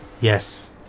Yes